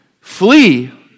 flee